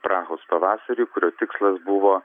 prahos pavasarį kurio tikslas buvo